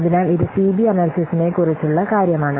അതിനാൽ ഇത് സിബി അനല്യ്സിസിനെ കുറിച്ചുള്ള കാര്യമാണ്